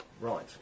Right